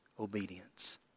obedience